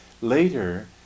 later